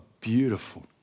beautiful